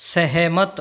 सहमत